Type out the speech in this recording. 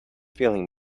feeling